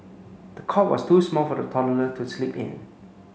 the cot was too small for the toddler to sleep in